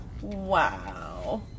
Wow